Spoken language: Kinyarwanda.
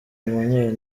emmanuel